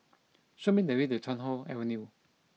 show me the way to Chuan Hoe Avenue